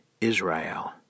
Israel